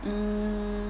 um